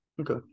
okay